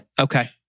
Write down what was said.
Okay